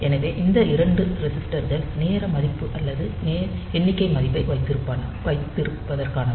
எனவே இந்த 2 ரெஸிஸ்டர்கள் நேர மதிப்பு அல்லது எண்ணிக்கை மதிப்பை வைத்திருப்பதற்கானவை